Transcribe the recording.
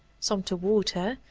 some to water,